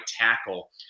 tackle